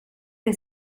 che